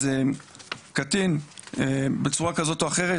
אז קטין בצורה כזו או אחרת,